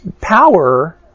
Power